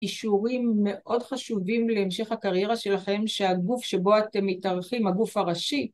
אישורים מאוד חשובים להמשך הקריירה שלכם שהגוף שבו אתם מתארחים הגוף הראשי